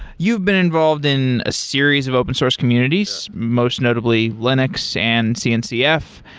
you've been involved in a series of open source communities, most notably linux and cncf.